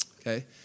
okay